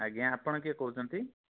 ଆଜ୍ଞା ଆପଣ କିଏ କହୁଛନ୍ତି